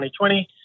2020